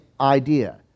idea